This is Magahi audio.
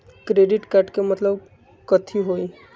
क्रेडिट कार्ड के मतलब कथी होई?